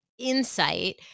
insight